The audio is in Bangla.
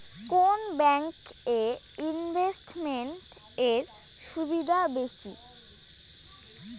কোন ব্যাংক এ ইনভেস্টমেন্ট এর সুবিধা বেশি?